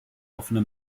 offene